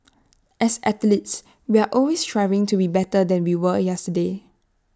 as athletes we are always striving to be better than we were yesterday